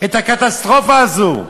את הקטסטרופה הזאת,